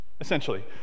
essentially